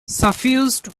suffused